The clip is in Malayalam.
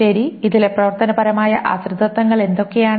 ശരി ഇതിലെ പ്രവർത്തനപരമായ ആശ്രിതത്വങ്ങൾ എന്തൊക്കെയാണ്